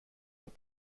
but